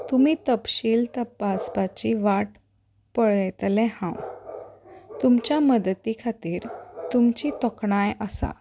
तुमी तपशील तपासपाची वाट पळयतलें हांव तुमच्या मदती खातीर तुमची तोखणाय आसा